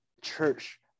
church